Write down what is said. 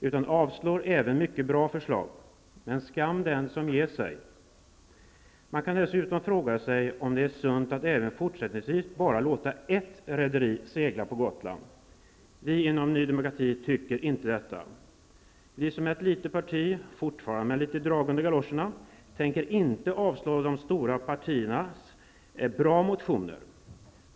De avslår även mycket bra förslag. Men skam den som ger sig. Man kan dessutom fråga sig om det är sunt att även fortsättningsvis bara låta ett rederi segla på Gotland. Vi inom Ny demokrati tycker inte detta. Vi som är ett litet parti, fortfarande med litet drag under galoscherna, tänker inte avslå de stora partiernas bra motioner.